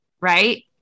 Right